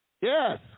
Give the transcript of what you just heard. yes